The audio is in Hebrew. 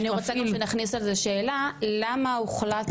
אני רוצה גם שנכניס על זה שאלה למה הוחלט,